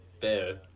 Bear